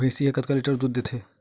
भंइसी हा कतका लीटर दूध देथे?